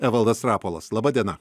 evaldas rapolas laba diena